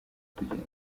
kugenda